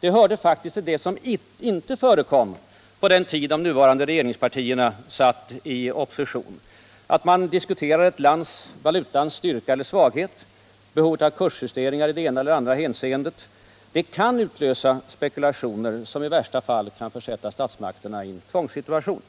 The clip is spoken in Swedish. Det hörde faktiskt till det som inte förekom på den tid de nuvarande regeringspartierna satt i opposition att man diskuterade vår valutas styrka eller svaghet, behovet av kursjusteringar i det ena eller andra hänseendet. Sådana diskussioner kan utlösa spekulationer som i värsta fall kan försätta statsmakterna i en tvångssituation.